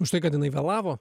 už tai kad jinai vėlavo